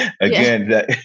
again